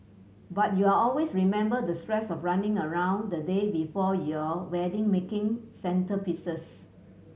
but you are always remember the stress of running around the day before your wedding making centrepieces